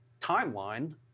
timeline